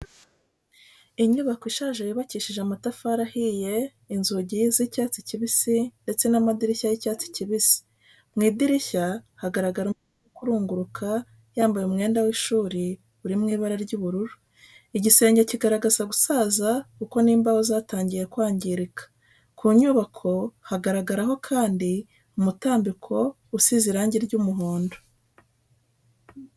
Inyubako ishaje yubakishije amatafari ahiye, inzugi z'icyatsi kibisi ndetse n'amadirishya y'icyatsi kibisi. Mu idirishya hagaragara umwana uri kurunguruka yambaye umwenda w'ishuri uri mu ibara ry'ubururu. Igisenge kigaragaza gusaza kuko n'imbaho zatangiye kwangirika. Ku nyubako hagaragaraho kandi umutambiko usize irangi ry'umuhondo.